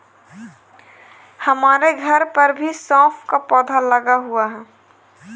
हमारे घर पर भी सौंफ का पौधा लगा हुआ है